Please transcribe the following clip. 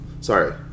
sorry